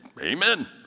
amen